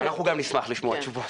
גם אנחנו נשמח לשמוע תשובות.